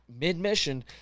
mid-mission